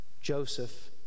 Joseph